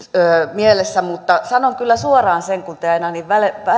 mielessä mutta sanon kyllä suoraan sen kun te aina niin